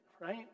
right